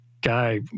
guy